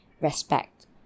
respect